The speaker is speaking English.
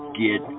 get